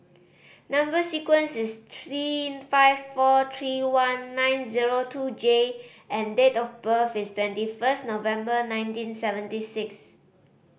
number sequence is T five four three one nine zero two J and date of birth is twenty first November nineteen seventy six